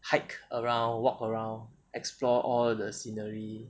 hike around walk around explore all the scenery